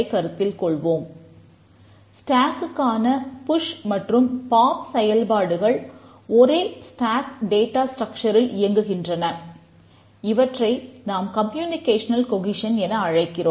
communicational cognition என அழைக்கிறோம்